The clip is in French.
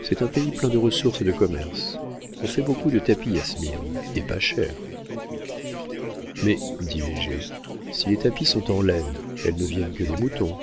c'est un pays plein de ressources et de commerce on fait beaucoup de tapis à smyrne et pas chers mais dit léger si les tapis sont de laine elle ne vient que des moutons